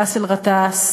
באסל גטאס,